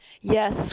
Yes